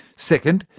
second,